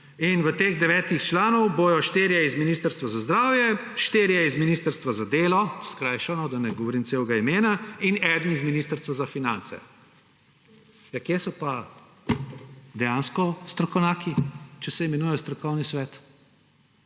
in od teh devetih članov bodo štirje z ministrstva za zdravje, 4 z ministrstva za delo – skrajšano, da ne govorim celega imena – in eden z ministrstva za finance. Kje so pa dejansko strokovnjaki, če se imenujejo strokovni svet?